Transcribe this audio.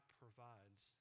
provides